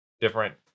Different